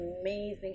amazing